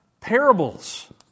Parables